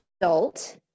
adult